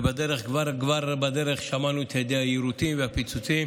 וכבר בדרך שמענו את הדי היירוטים והפיצוצים.